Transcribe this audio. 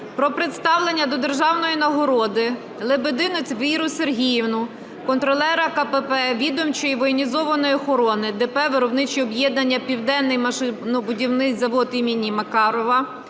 про представлення до державної нагороди Лебединець Віру Сергіївну (контролера КПП, відомчої воєнізованої охорони ДП "Виробниче об'єднання Південний машинобудівний завод імені О.М. Макарова"